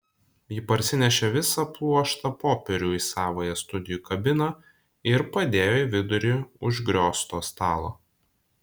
ji parsinešė visą pluoštą popierių į savąją studijų kabiną ir padėjo į vidurį užgriozto stalo